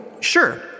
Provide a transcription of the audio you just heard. sure